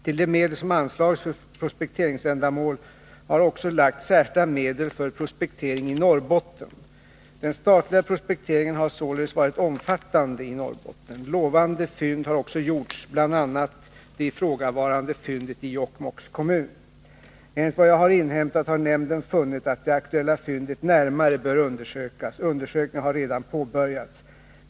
Till de medel som anslagits för prospekteringsändamål har också lagts särskilda medel för prospektering i Norrbotten. Den statliga prospekteringen har således varit omfattande i Norrbotten. Lovande fynd har också gjorts, bl.a. det ifrågavarande fyndet i Jokkmokks kommun. Enligt vad jag har inhämtat har nämnden funnit att det aktuella fyndet närmare bör undersökas. Undersökningen har redan påbörjats.